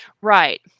right